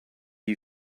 you